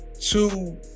two